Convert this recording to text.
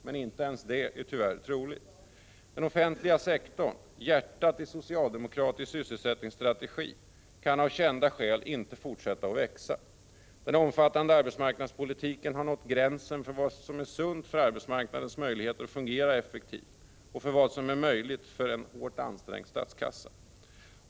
Men inte ens det är tyvärr troligt. Den offentliga sektorn, hjärtat i socialdemokratisk sysselsättningsstrategi, kan av kända skäl inte fortsätta att växa. Den omfattande arbetsmarknadspolitiken har nått gränsen för vad som är sunt för arbetsmarknadens möjligheter att fungera effektivt och för vad som är möjligt för en hårt ansträngd statskassa.